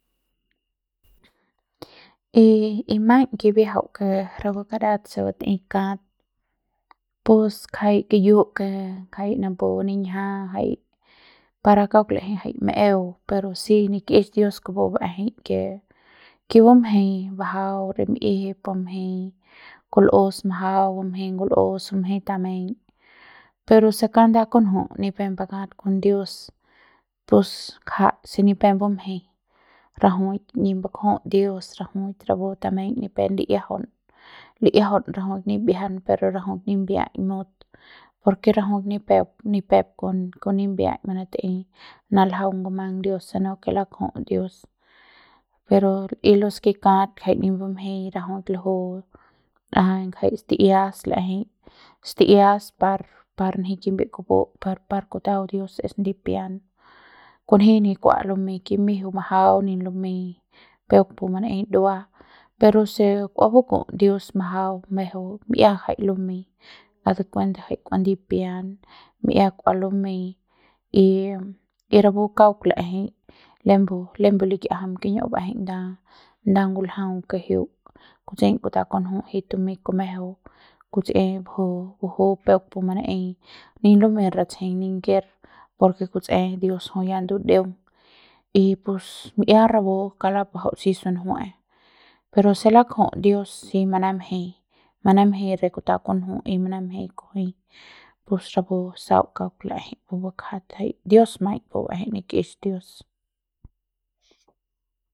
y y maiñ kibiajau ke rapu karat se batei kat pus ngjai kiyu ke ngaji napu niñja jai para kauk la'ejei jai ma'eu pero si nik'ix dios kupu ba'ejei ke ke bumjeiñ majau rim'iejep bumjeiñ kul'us majau bumjeiñ ngul'us bumjeiñ tameiñ pero se nda kunju ni pep bakat kon dios pus kjai se ni pep bumjeiñ rajuik nip bakju'ut dios rajuik rapu tameiñ ni pe li'iajaun li'iajaun rajuik rimbiajang pero rajuik rimbiaik mut por ke rajuik ni pep ni pep kon kon nimbiai manatei naljaung ngumang dios si no ke lakju'uts dios pero y los ke kat njai ni bumjei rajuik lju ra'a njai sti'ias l'ejeiñ sti'ias par par nji kimbiep kupu per par kutau dios es ndipian kunji ni kua lumeiñ kimiejeu majau ni lumeiñ peuk pu manaei dua pero se kua baku'uts dios majau mejeu mi'ia jai lumei decuenta ngjai kua ndipian mi'ia kua lumei y y rapu kauk la'ejei lembe lembe likiajam kiñi'u ba'ejei nda nda nguljau ke jiuk kutseiñ kutau kunju jiuk tumeiñ kumejeu kutsi baju baju peuk pu manaei ni lumei ratjeiñ ninker por ke kutsi dios jui ya ndudeung y pus mi'ia rapu kauk lapajau si sunjue'e pero se lakju'uts dios si manamjeiñ manamjeiñ re kutau kunju y manamjeiñ kujuei y pus rapu sau kauk la'ejei pu bakja jai dios maiñ pu ba'ejei nikix dios.